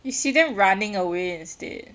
you see them running away instead